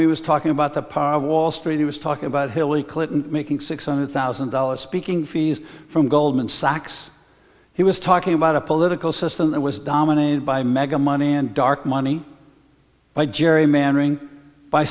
he was talking about the power of wall street he was talking about hillary clinton making six hundred thousand dollars speaking fees from goldman sachs he was talking about a political system that was dominated by mega money and dark money by gerrymandering by